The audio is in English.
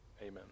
Amen